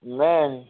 Amen